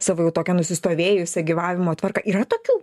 savo jau tokią nusistovėjusią gyvavimo tvarką yra tokių